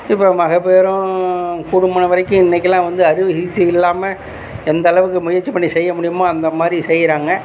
இப்போ மகப்பேறும் கூடுமானவரைக்கும் இன்னைக்குலாம் வந்து அறுவை சிகிச்சை இல்லாமல் எந்தளவுக்கு முயற்சி பண்ணி செய்ய முடியுமோ அந்த மாதிரி செய்யறாங்க